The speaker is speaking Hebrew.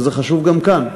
אז זה חשוב גם כאן.